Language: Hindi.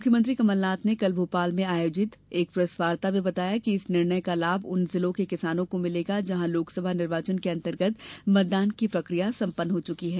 मुख्यमंत्री कमलनाथ ने कल भोपाल में आयोजित एक प्रेसवार्ता में बताया है कि इस निर्णय का लाभ उन जिलों के किसानों को मिलेगा जहाँ लोकसभा निर्वाचन के अंतर्गत मतदान की प्रक्रिया संपन्न हो चुकी है